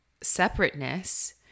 separateness